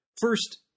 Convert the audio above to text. First